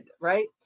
right